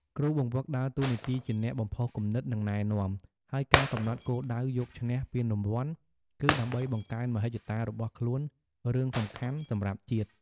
គ្រូបង្វឹកដើរតួនាទីជាអ្នកបំផុសគំនិត និងណែនាំ ហើយការកំណត់គោលដៅយកឈ្នះពានរង្វាន់ គឺដើម្បីបង្កើនមហិច្ឆតារបស់ខ្លួនរឿងសំខាន់សម្រាប់ជាតិ។